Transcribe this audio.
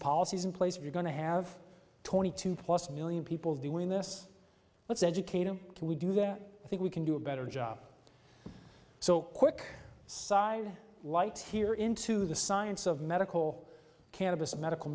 policies in place if you're going to have twenty two plus million people doing this let's educate them can we do that i think we can do a better job so quick side lights here into the science of medical cannabis medical